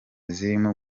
zirimo